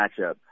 matchup